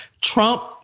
Trump